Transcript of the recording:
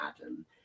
Adam